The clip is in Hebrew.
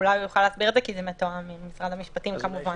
אולי הוא יוכל להסביר כי זה מתואם עם משרד המשפטים כמובן.